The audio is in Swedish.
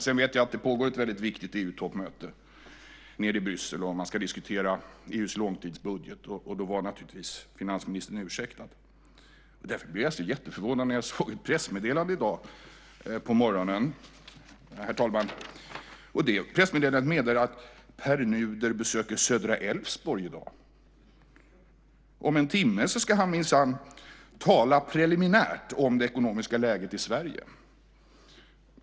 Jag vet att det pågår ett väldigt viktigt EU-toppmöte i Bryssel där man ska diskutera EU:s långtidsbudget, och då var naturligtvis finansministern ursäktad. Därför blev jag jätteförvånad när jag såg ett pressmeddelande i dag på morgonen. Det pressmeddelandet säger att Pär Nuder besöker södra Älvsborg i dag. Om en timme ska han minsann tala preliminärt om det ekonomiska läget i Sverige.